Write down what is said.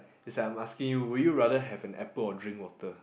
is like I'm asking you would you rather have an apple or drink water